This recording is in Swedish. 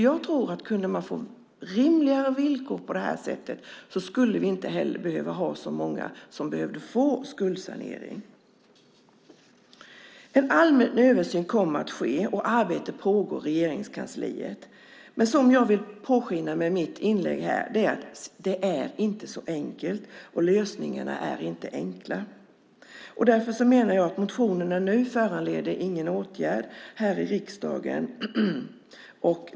Jag tror att om vi kunde få rimligare villkor på det här sättet skulle inte så många behöva få skuldsanering. En allmän översyn kommer att ske. Arbetet pågår i Regeringskansliet. Men som jag vill påskina med mitt inlägg här är det inte så enkelt; lösningarna är inte enkla. Därför menar jag att motionerna inte nu föranleder någon åtgärd här i riksdagen.